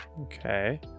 Okay